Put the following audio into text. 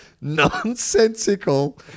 nonsensical